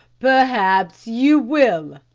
perhaps you will,